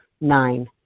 Nine